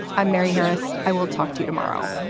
i'm mary harris. i will talk to you tomorrow